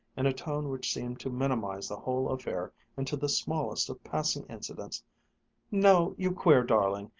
in a tone which seemed to minimize the whole affair into the smallest of passing incidents now, you queer darling,